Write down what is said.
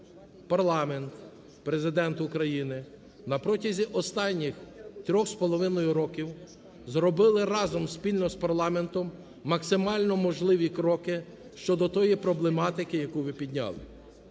парламент, Президент України на протязі останніх трьох з половиною років зробили разом спільно з парламентом максимально можливі кроки щодо тієї проблематики, яку підняли.